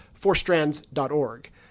fourstrands.org